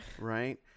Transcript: Right